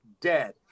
dead